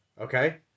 okay